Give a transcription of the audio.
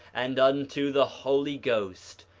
and unto the holy ghost,